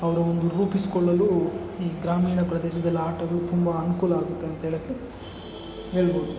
ಅವರು ಒಂದು ರೂಪಿಸಿಕೊಳ್ಳಲು ಈ ಗ್ರಾಮೀಣ ಪ್ರದೇಶದಲ್ಲಿ ಆಟವು ತುಂಬ ಅನುಕೂಲ ಆಗ್ತದೆ ಅಂತ ಹೇಳೋಕ್ಕೆ ಹೇಳ್ಬೋದು